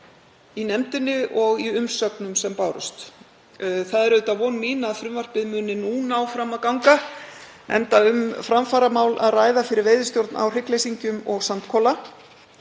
í nefndinni og í umsögnum sem bárust. Það er von mín að frumvarpið muni nú ná fram að ganga enda um framfaramál að ræða fyrir veiðistjórn á hryggleysingjum og sandkola.